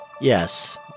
Yes